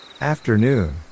afternoon